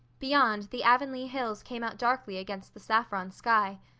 beyond, the avonlea hills came out darkly against the saffron sky.